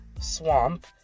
swamp